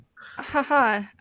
haha